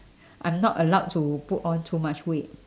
I'm not allowed to put on too much weight